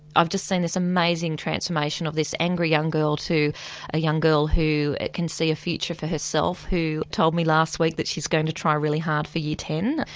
i've just seen this amazing transformation of this angry young girl to a young girl who can see a future for herself, who told me last week that she's going to try really hard for year ten,